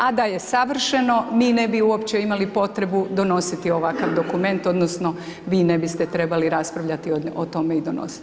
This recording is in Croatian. A da je savršeno, mi ne bi uopće imali potrebu donositi ovakav dokument, odnosno, vi ne biste trebali raspravljati o tome i donositi.